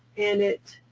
and it